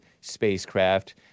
spacecraft